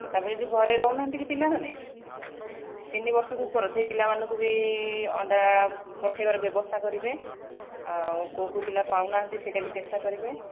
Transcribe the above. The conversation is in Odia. ଆଉ ତା'ପରେ ଯେଉଁ ଘରେ ରହୁନାହାନ୍ତି କି ପିଲାମାନେ ତିନି ବର୍ଷରୁ ଉପର ସେଇ ପିଲାମାନଙ୍କୁ ବି ଅଣ୍ଡା ପଠାଇବାର ବ୍ୟବସ୍ଥା କରିବେ ଆଉ କେଉଁ କେଉଁ ପିଲା ପାଉନାହାନ୍ତି ସେଟା ବି ଚେଷ୍ଟା କରିବେ